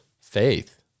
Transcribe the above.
faith